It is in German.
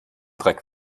dreck